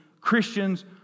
Christians